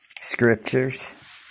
scriptures